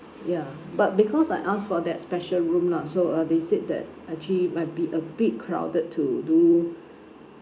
ya but because I ask for that special room lah so uh they said that actually might be a bit crowded to do